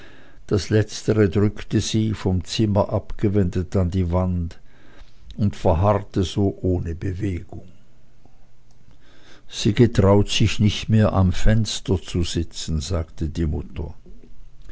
das letztere drückte sie vom zimmer abgewendet an die wand und verharrte so ohne bewegung sie getraut sich nicht mehr am fenster zu sitzen sagte die mutter